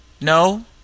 No